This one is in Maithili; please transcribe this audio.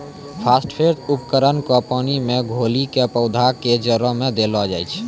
फास्फेट उर्वरक क पानी मे घोली कॅ पौधा केरो जड़ में देलो जाय छै